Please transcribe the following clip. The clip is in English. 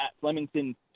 Flemington